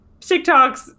TikToks